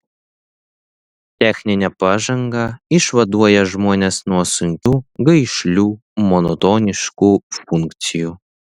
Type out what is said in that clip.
techninė pažanga išvaduoja žmones nuo sunkių gaišlių monotoniškų funkcijų